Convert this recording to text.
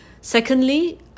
Secondly